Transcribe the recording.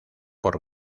por